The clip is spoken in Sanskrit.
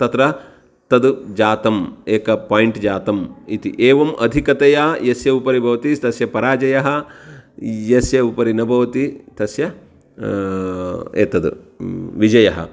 तत्र तद् जातम् एक पोयिण्ट् जातम् इति एवम् अधिकतया यस्य उपरि भवति तस्य पराजयः यस्य उपरि न भवति तस्य एतद् विजयः